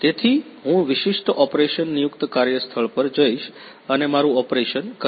તેથી હું વિશિષ્ટ ઓપરેશન નિયુક્ત કાર્ય સ્થળ પર જઈશ અને મારું ઓપરેશન કરીશ